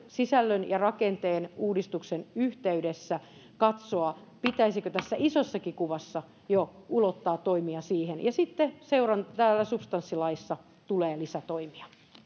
sisällön ja rakenteen uudistuksen yhteydessä katsoa pitäisikö tässä isossakin kuvassa jo ulottaa toimia siihen ja sitten täällä substanssilaissa tulee lisätoimia